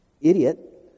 idiot